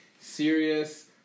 serious